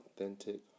authentic